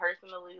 personally